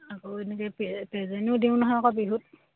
আকৌ এনেকে পেজেনো দিওঁ নহয় আকৌ বিহুত